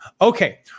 Okay